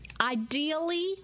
ideally